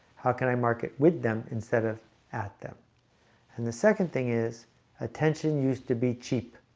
how can i market with them instead of at them and the second thing is attention used to be cheap.